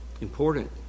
Important